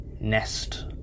nest